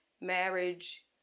marriage